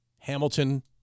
Hamilton